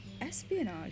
espionage